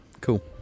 Cool